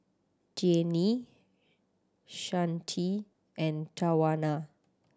Deanne Shante and Tawanna